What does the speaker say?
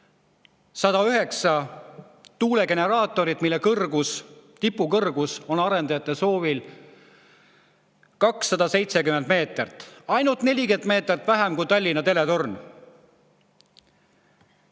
109 tuulegeneraatorit, mille tipu kõrgus on arendajate soovil 270 meetrit, ainult 40 meetrit vähem kui Tallinna teletornil.